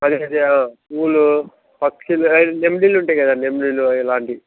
పూలు పక్షులు నెమలీలు ఉంటాయి కదా నెమలీలు అలాంటివి